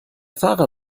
fahrer